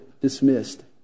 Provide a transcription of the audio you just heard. dismissed